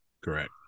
Correct